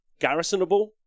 garrisonable